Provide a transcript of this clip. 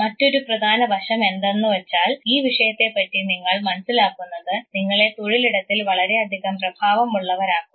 മറ്റൊരു പ്രധാന വശം എന്തെന്ന് വെച്ചാൽ ഈ വിഷയത്തെപ്പറ്റി നിങ്ങൾ മനസ്സിലാക്കുന്നത് നിങ്ങളെ തൊഴിലിടത്തിൽ വളരെയധികം പ്രഭാവം ഉള്ളവരാക്കും